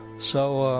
so,